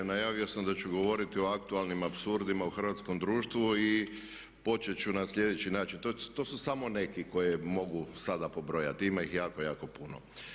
Najavio sam da ću govoriti o aktualnim apsurdima u hrvatskom društvu i počet ću na slijedeći način, to su samo neki koje mogu sada pobrojati, ima ih jako, jako puno.